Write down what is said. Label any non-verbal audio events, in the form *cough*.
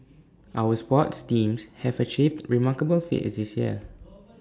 our sports teams have achieved remarkable feats this year *noise*